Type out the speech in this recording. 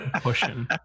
Pushing